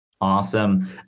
Awesome